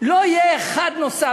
לא יהיה אחד נוסף.